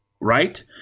right